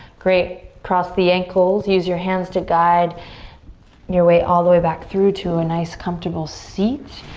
great, cross the ankles. use your hands to guide your way all the way back through to a nice comfortable seat.